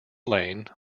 lane